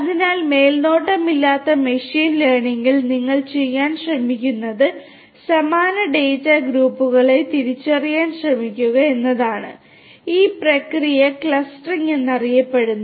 അതിനാൽ മേൽനോട്ടമില്ലാത്ത മെഷീൻ ലേണിംഗിൽ നിങ്ങൾ ചെയ്യാൻ ശ്രമിക്കുന്നത് സമാന ഡാറ്റ ഗ്രൂപ്പുകളെ തിരിച്ചറിയാൻ ശ്രമിക്കുക എന്നതാണ് ഈ പ്രക്രിയ ക്ലസ്റ്ററിംഗ് എന്നറിയപ്പെടുന്നു